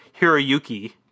Hiroyuki